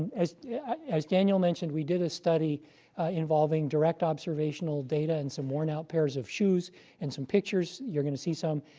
as yeah as daniel mentioned, we did a study involving direct observational data and some worn out pairs of shoes and some pictures. you're going to see some.